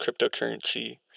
cryptocurrency